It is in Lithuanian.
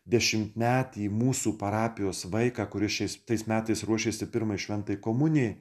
dešimtmetį mūsų parapijos vaiką kuris tais metais ruošėsi pirmai šventai komunijai